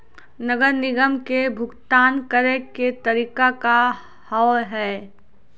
नगर निगम के भुगतान करे के तरीका का हाव हाई?